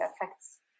affects